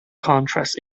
contacts